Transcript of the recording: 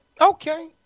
Okay